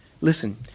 Listen